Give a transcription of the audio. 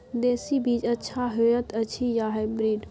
देसी बीज अच्छा होयत अछि या हाइब्रिड?